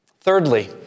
Thirdly